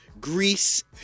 Greece